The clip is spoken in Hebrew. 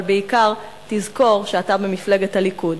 אבל בעיקר תזכור שאתה במפלגת הליכוד,